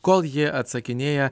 kol ji atsakinėja